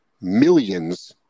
millions